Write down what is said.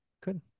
good